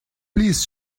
please